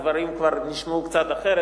הדברים כבר נשמעו קצת אחרת,